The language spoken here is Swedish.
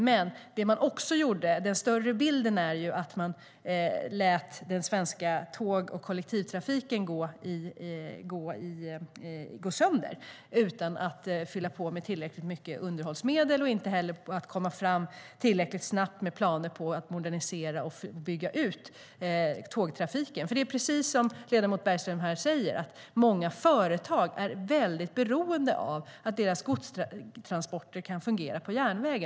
Men den större bilden är att man lät den svenska tåg och kollektivtrafiken gå sönder utan att fylla på med tillräckligt mycket underhållsmedel och inte heller kom fram tillräckligt snabbt med planer på att modernisera och bygga ut tågtrafiken. Det är precis som ledamoten Bergström säger: Många företag är mycket beroende av att deras godstransporter kan fungera på järnväg.